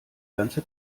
ganze